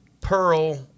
pearl